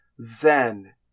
Zen